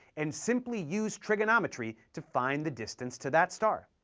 and simply use trigonometry to find the distance to that star.